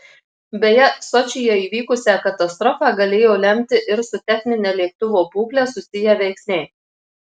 beje sočyje įvykusią katastrofą galėjo lemti ir su technine lėktuvo būkle susiję veiksniai